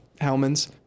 Hellman's